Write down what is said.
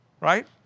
right